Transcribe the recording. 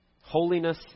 holiness